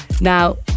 now